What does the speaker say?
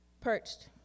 Perched